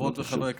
חברות וחברי הכנסת,